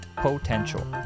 potential